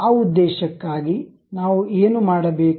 ಆ ಉದ್ದೇಶಕ್ಕಾಗಿ ನಾವು ಏನು ಮಾಡಬೇಕು